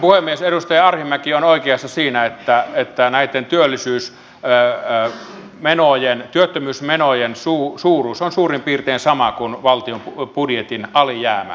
edustaja arhinmäki on oikeassa siinä että näitten työttömyysmenojen suuruus on suurin piirtein sama kuin valtion budjetin alijäämä